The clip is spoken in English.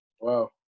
Wow